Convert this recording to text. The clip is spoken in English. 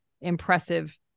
impressive